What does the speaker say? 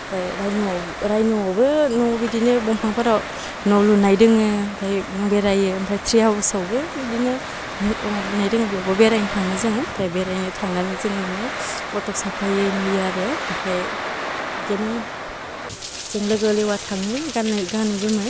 ओमफ्राय रायन' रायन'आवबो न' बिदिनो दंफांफोराव न' लुनाय दङ ओमफ्राय नों बेरायो ओमफ्राय ट्रि हाउसआवबो बिदिनो न' लुनाय दङ बेयावबो बेरायनो थाङो जों ओमफ्राय बेरायनो थांनानै जों माने फट' साफायो नुयो आरो ओमफ्राय बिदिनो जों लोगो लेवा थाङो गान्नो गानै जोमै